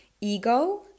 ego